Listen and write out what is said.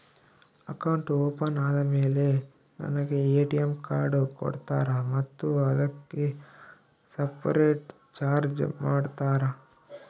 Account open ಆದಮೇಲೆ ನನಗೆ ATM card ಕೊಡ್ತೇರಾ ಮತ್ತು ಅದಕ್ಕೆ ಸಪರೇಟ್ ಚಾರ್ಜ್ ಮಾಡ್ತೇರಾ?